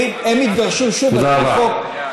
הם התגרשו, שוב, על פי חוק, תודה רבה.